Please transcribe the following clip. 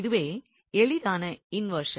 இதுவே எளிதான இன்வெர்ஷன்